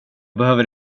behöver